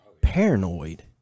paranoid